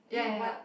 ya ya ya